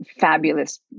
fabulous